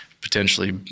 potentially